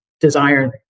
desire